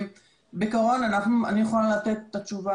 אני יכולה לתת את התשובה